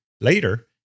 Later